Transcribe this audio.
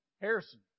Harrison